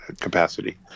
capacity